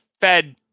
fed